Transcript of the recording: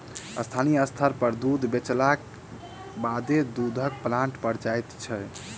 स्थानीय स्तर पर दूध बेचलाक बादे दूधक प्लांट पर जाइत छै